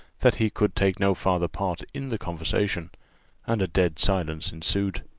that he could take no farther part in the conversation and a dead silence ensued.